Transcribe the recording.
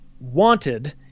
wanted